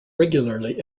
regularly